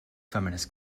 feminist